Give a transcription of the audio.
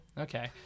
Okay